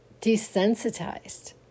desensitized